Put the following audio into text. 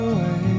away